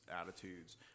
attitudes